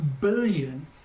billion